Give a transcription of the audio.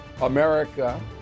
America